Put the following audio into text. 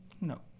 No